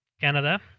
Canada